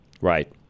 Right